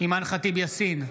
אימאן ח'טיב יאסין,